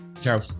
Ciao